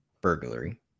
burglary